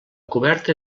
coberta